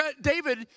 David